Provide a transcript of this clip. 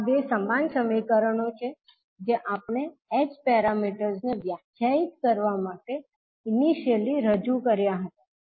આ બે સમાન સમીકરણો છે જે આપણે h પેરામીટર્સને વ્યાખ્યાયિત કરવા માટે ઇનિશિયલી રજૂ કર્યા હતા